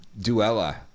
Duella